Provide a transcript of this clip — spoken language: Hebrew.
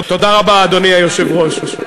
תודה רבה, אדוני היושב-ראש.